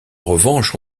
revanche